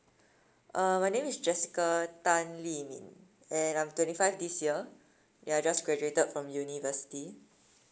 uh my name is jessica tan lee ing and I'm twenty five this year ya just graduated from university